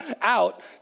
out